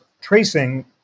tracing